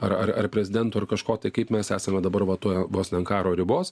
ar ar ar prezidentų ar kažko tai kaip mes esame dabar va tuoj vos ne ant karo ribos